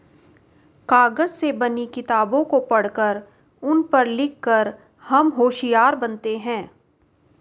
कागज से बनी किताबों को पढ़कर उन पर लिख कर हम होशियार बनते हैं